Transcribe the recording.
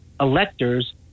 electors